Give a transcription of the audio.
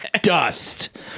dust